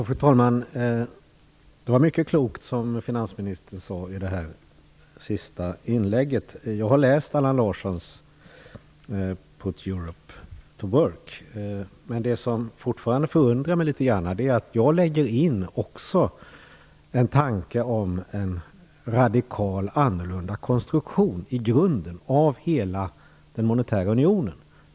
Fru talman! Finansministern sade många kloka saker i det senaste inlägget. Jag har läst Allan Larssons bok Put Europe to Work. Men det som fortfarande förundrar mig litet grand är att jag lägger också in en tanke om en radikal och annorlunda konstruktion i grunden av hela den monetära unionen.